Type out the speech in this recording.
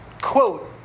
quote